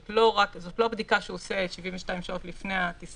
זו לא הבדיקה שהוא עושה 72 שעות לפני הטיסה,